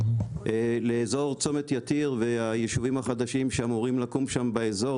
לאזור צומת יתיר והיישובים החדשים שאמורים לקום שם באזור,